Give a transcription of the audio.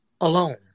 alone